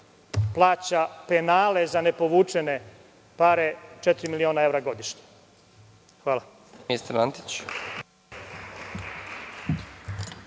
plaća penale za ne povučene pare od četiri miliona evra godišnje. Hvala.